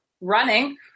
running